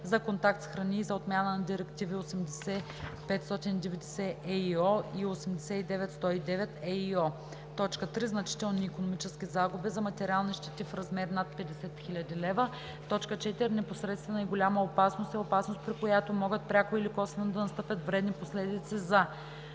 за контакт с храни, и за отмяна на Директиви 80/590/ЕИО и 89/109/ЕИО. 3. „Значителни икономически загуби“ са материални щети в размер над 50 000 лв. 4. „Непосредствена и голяма опасност“ е опасност, при която могат пряко или косвено да настъпят вредни последици за: